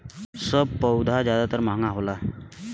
सब पउधा जादातर महंगा होला